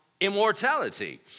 Immortality